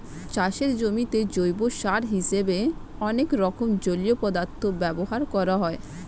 চাষের জমিতে জৈব সার হিসেবে অনেক রকম জলীয় পদার্থ ব্যবহার করা হয়